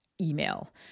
email